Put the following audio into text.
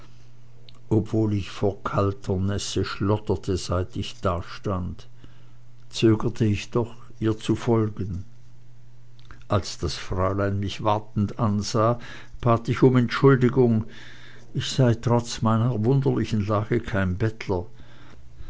obschon ich vor kalter nässe schlotterte seit ich dastand zögerte ich doch ihr zu folgen als das fräulein mich wartend ansah bat ich um entschuldigung ich sei trotz meiner wunderlichen lage kein bettler